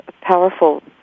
powerful